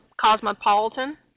Cosmopolitan